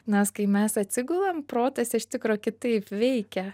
nes kai mes atsigulam protas iš tikro kitaip veikia